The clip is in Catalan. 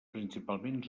principalment